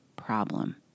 problem